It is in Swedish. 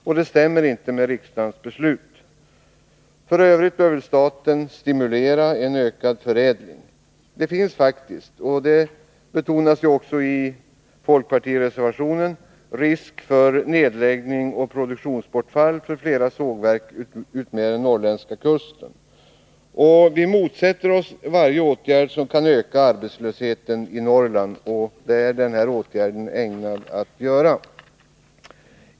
Detta stämmer inte med riksdagens beslut. F. ö. bör väl staten stimulera en ökad förädling. Det finns faktiskt — och det betonas också i folkpartireservationen — risk för nedläggning och produktionsbortfall för flera sågverk utmed den norrländska kusten. Vi motsätter oss varje åtgärd som kan öka arbetslösheten i Norrland, och det är den här åtgärden ägnad att göra.